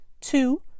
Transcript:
two